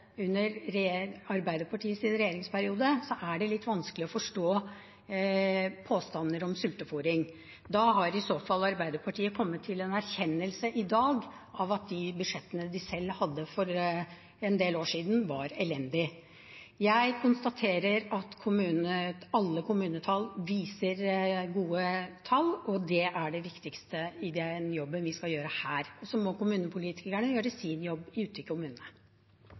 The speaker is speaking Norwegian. under Arbeiderpartiets regjeringsperiode, er det litt vanskelig å forstå påstander om sultefôring. Da har i så fall Arbeiderpartiet kommet til en erkjennelse i dag av at de budsjettene de selv hadde for en del år siden, var elendige. Jeg konstaterer at alle kommuner viser gode tall, og det er det viktigste i den jobben vi skal gjøre her, og så må kommunepolitikerne gjøre sin jobb ute i kommunene.